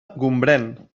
gombrèn